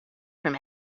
from